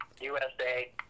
USA